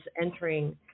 entering